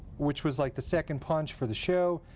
which was like the second punch for the show.